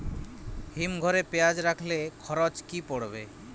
হিম ঘরে পেঁয়াজ রাখলে খরচ কি পড়বে?